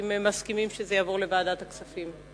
המציעים מסכימים שהנושא יעבור לוועדת הכספים?